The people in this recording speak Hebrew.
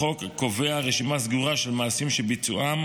לחוק קובע רשימה סגורה של מעשים שביצועם